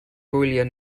gwyliau